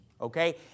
Okay